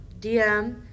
DM